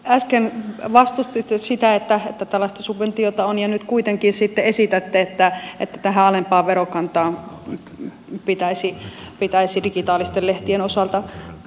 äsken vastustitte sitä että tällaista subventiota on ja nyt kuitenkin sitten esitätte että tähän alempaan verokantaan pitäisi digitaalisten lehtien osalta päästä